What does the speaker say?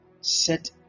set